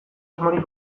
asmorik